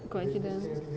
coincidence